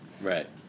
right